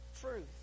truth